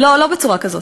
לא בצורה כזאת.